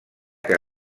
que